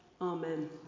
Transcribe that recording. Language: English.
Amen